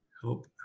help